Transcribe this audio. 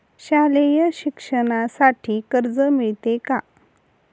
शालेय शिक्षणासाठी कर्ज मिळते का?